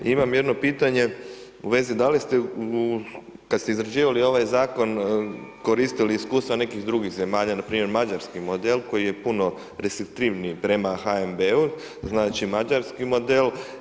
I imam jedno pitanje u vezi da li ste, kada ste izrađivali ovaj zakon koristili iskustva nekih drugih zemalja, npr. mađarski model koji je puno restriktivniji prema HNB-u, znači mađarski model?